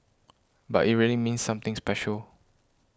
but it really means something special